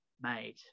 made